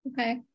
Okay